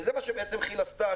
וזה מה שבעצם כי"ל עשתה,